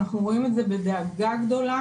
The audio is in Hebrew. אנחנו רואים את זה בדאגה גדולה.